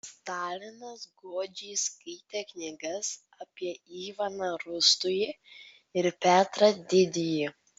stalinas godžiai skaitė knygas apie ivaną rūstųjį ir petrą didįjį